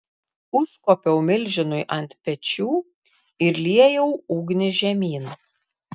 užkopiau milžinui ant pečių ir liejau ugnį žemyn